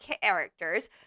characters